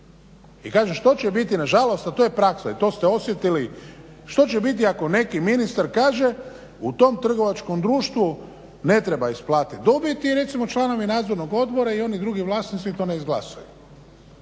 I kažem što će biti nažalost, i to je praksa, to ste osjetili, što će biti ako neki ministar kaže u tom trgovačkom društvu ne treba isplatiti dobit i recimo članovi nadzornog odbora i oni drugi vlasnici to ne izglasaju.